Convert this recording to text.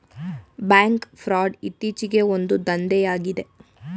bank fraud ಇತ್ತೀಚೆಗೆ ಒಂದು ದಂಧೆಯಾಗಿದೆ